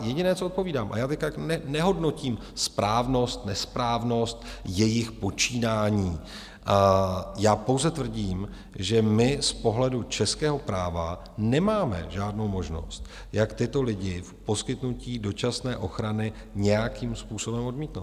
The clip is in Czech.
Jediné, co odpovídám a já nehodnotím správnost, nesprávnost jejich počínání, já pouze tvrdím, že my z pohledu českého práva nemáme žádnou možnost, jak tyto lidi v poskytnutí dočasné ochrany nějakým způsobem odmítnout.